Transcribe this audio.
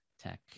tech